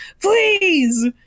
Please